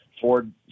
Ford